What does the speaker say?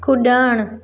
कुड॒णु